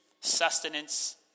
sustenance